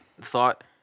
thought